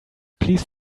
please